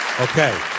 Okay